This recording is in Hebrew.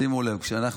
שימו לב: אנחנו,